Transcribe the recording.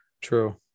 True